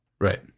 Right